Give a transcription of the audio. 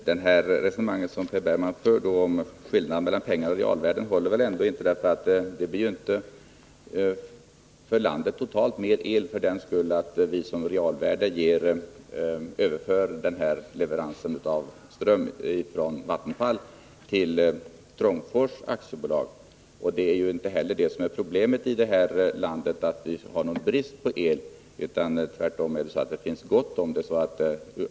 Herr talman! Det resonemang som Per Bergman för om skillnaden mellan pengar och realvärden håller väl ändå inte. Landet får inte totalt sett mer el, därför att vi som realvärde överför leverans av ström från Vattenfall till Trångfors AB. Problemet i det här landet är inte brist på el. Tvärtom har vi gott om el.